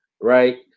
right